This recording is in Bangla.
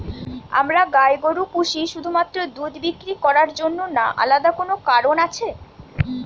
আমরা গাই গরু পুষি শুধুমাত্র দুধ বিক্রি করার জন্য না আলাদা কোনো কারণ আছে?